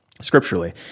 scripturally